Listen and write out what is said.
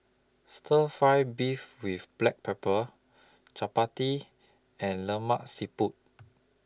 Stir Fry Beef with Black Pepper Chappati and Lemak Siput